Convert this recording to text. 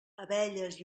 abelles